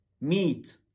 meat